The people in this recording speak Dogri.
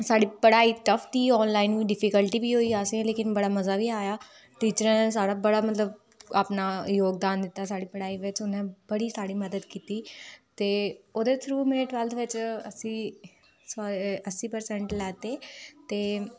साढ़ी पढ़ाई टफ ही ऑनलाइन डिफिकल्टी बी होई असें ई लेकिन बड़ा मज़ा बी आया टीचरें साढ़ा बड़ा मतलब अपना योगदान दित्ता साढ़ी पढ़ाई बिच उ'नें बड़ी साढ़ी मदद कीती ते ओह्दे थ्रू में टवेल्थ बिच अस्सी अस्सी परसेंट लैते ते